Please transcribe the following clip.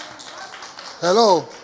Hello